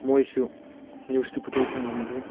ꯃꯣꯏꯁꯨ ꯅ꯭ꯌꯨꯁꯇꯤ ꯄꯨꯊꯣꯛꯄ ꯉꯝꯗꯦ